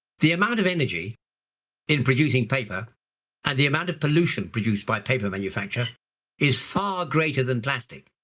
the amount of energy in producing paper and the amount of pollution produced by paper manufacturer is far greater than plastic.